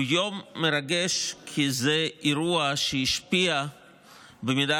הוא יום מרגש כי זה אירוע שהשפיע במידה